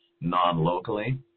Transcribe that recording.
non-locally